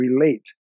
relate